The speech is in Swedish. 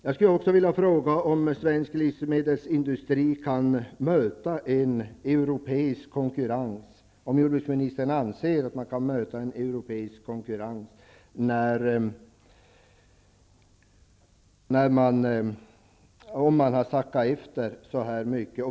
Jag skulle också vilja fråga om jordbruksministern anser att svensk livsmedelsindustri kan möta en europeisk konkurrens om den sackat efter så mycket.